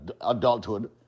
adulthood